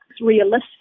realistic